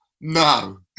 No